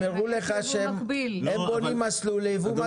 הם הראו לך שהם בונים מסלול ליבוא מקביל.